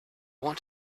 want